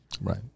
right